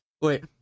Wait